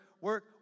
work